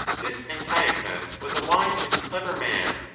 this antiochus was a wise and clever man,